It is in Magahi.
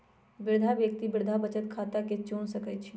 वृद्धा व्यक्ति वृद्धा बचत खता के चुन सकइ छिन्ह